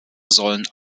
sollen